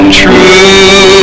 true